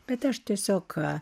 bet aš tiesiog ką